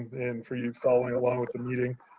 and for you following along with the meeting.